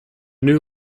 new